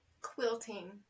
Quilting